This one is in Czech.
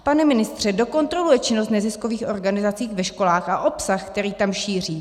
Pane ministře, kdo kontroluje činnost neziskových organizací ve školách a obsah, který tam šíří?